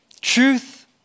truth